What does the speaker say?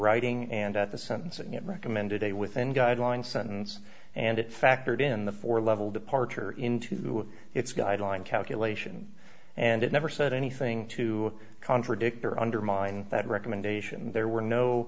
writing and at the sentencing recommended a within guidelines sentence and it factored in the four level departure into its guideline calculation and it never said anything to contradict or undermine that recommendation and there were no